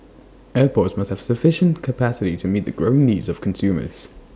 airports must have sufficient capacity to meet the growing needs of consumers